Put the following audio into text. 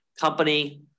company